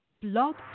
Blog